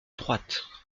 droite